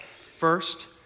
first